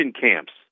camps